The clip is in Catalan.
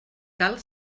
cal